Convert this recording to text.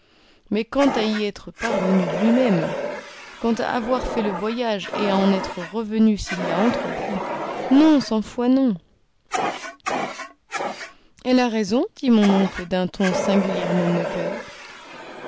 mais quant à y être parvenu lui-même quant à avoir fait le voyage et à en être revenu s'il l'a entrepris non cent fois non et la raison dit mon oncle d'un ton singulièrement moqueur